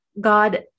God